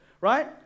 right